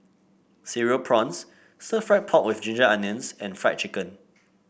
Cereal Prawns Stir Fried Pork with Ginger Onions and Fried Chicken